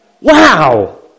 Wow